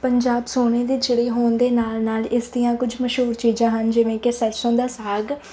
ਪੰਜਾਬ ਸੋਨੇ ਦੀ ਚਿੜੀ ਹੋਣ ਦੇ ਨਾਲ ਨਾਲ ਇਸ ਦੀਆਂ ਕੁਝ ਮਸ਼ਹੂਰ ਚੀਜ਼ਾਂ ਹਨ ਜਿਵੇਂ ਕਿ ਸਰਸੋਂ ਦਾ ਸਾਗ